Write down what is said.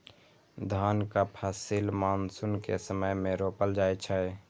धानक फसिल मानसून के समय मे रोपल जाइ छै